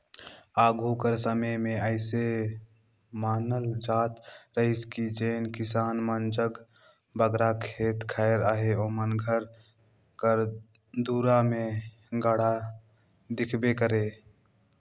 आघु कर समे मे अइसे मानल जात रहिस कि जेन किसान मन जग बगरा खेत खाएर अहे ओमन घर कर दुरा मे गाड़ा दिखबे करे